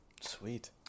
Sweet